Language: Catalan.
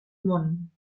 món